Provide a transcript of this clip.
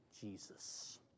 Jesus